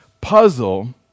puzzle